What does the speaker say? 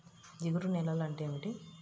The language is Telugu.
జిగురు నేలలు అంటే ఏమిటీ?